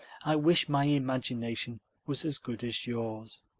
i wish my imagination was as good as yours.